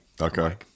Okay